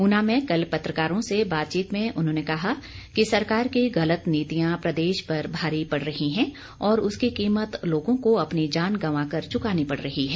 ऊना में कल पत्रकारों से बातचीत में उन्होंने कहा कि सरकार की गलत नीतियां प्रदेश पर भारी पड़ रही है और उसकी कीमत लोगों को अपनी जान गंवा कर चुकानी पड़ रही है